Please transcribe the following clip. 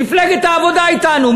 מפלגת העבודה אתנו,